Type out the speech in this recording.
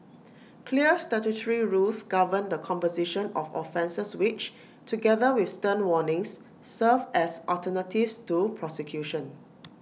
clear statutory rules govern the composition of offences which together with stern warnings serve as alternatives to prosecution